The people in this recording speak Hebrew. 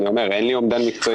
אין לי אומדן מקצועי.